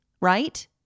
right